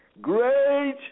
Great